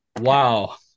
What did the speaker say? Wow